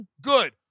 Good